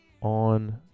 on